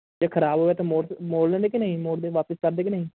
ਜੇ ਖਰਾਬ ਹੋਵੇ ਤਾਂ ਮੋੜ ਮੋੜ ਲੈਂਦੇ ਕਿ ਨਹੀਂ ਮੋੜਦੇ ਵਾਪਸ ਕਰਦੇ ਕਿ ਨਹੀਂ